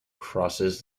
crosses